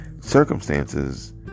circumstances